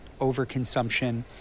overconsumption